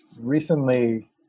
Recently